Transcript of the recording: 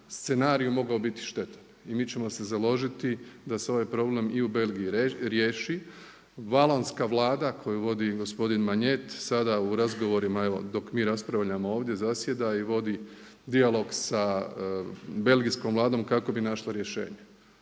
scenariju mogao biti štetan. I mi ćemo se založiti da se ovaj problem i u Belgiji riješi. Valonska vlada koju vodi gospodin Magnet, sada u razgovorima evo dok mi raspravljamo ovdje zasjeda i vodi dijalog sa belgijskom vladom kako bi našla rješenje.